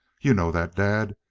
you know that, dad.